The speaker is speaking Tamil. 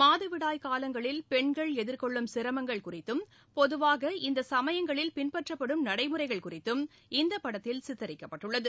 மாதவிடாய் காலங்களில் பெண்கள் எதிர்கொள்ளும் சிரமங்கள் குறித்தும் பொதுவாக இந்த சமயங்களில் பின்பற்றப்படும் நடைமுறைகள் குறித்தும் இந்த படத்தில் சித்தரிக்கப்பட்டுள்ளது